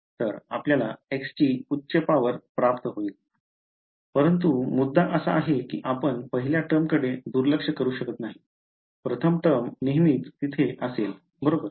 तर आपल्याला x ची उच्च पॉवर प्राप्त होईल परंतु मुद्दा असा आहे की आपण पहिल्या टर्मकडे दुर्लक्ष करू शकत नाही प्रथम टर्म नेहमीच तिथे असेल बरोबर